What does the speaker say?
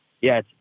Yes